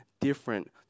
different